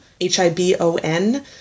H-I-B-O-N